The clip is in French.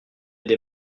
des